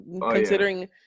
considering